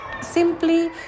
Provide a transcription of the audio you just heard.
simply